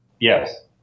Yes